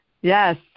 yes